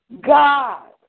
God